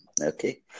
Okay